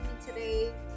today